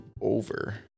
over